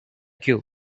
cue